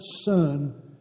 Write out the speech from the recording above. son